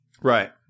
Right